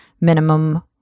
minimum